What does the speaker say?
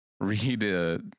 read